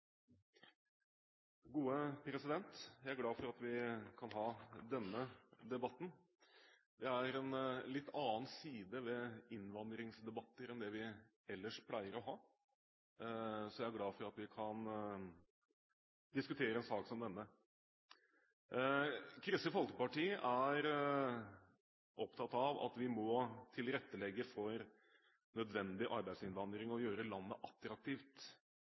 litt annen side ved innvandringsdebatter enn det vi ellers pleier å ha, så jeg er glad for at vi kan diskutere en sak som denne. Kristelig Folkeparti er opptatt av at vi må tilrettelegge for nødvendig arbeidsinnvandring og gjøre landet attraktivt